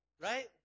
right